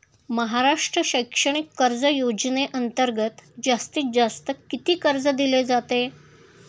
महाराष्ट्र शैक्षणिक कर्ज योजनेअंतर्गत जास्तीत जास्त किती कर्ज दिले जाते?